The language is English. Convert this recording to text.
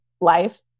life